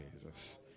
Jesus